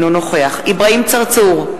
אינו נוכח אברהים צרצור,